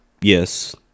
yes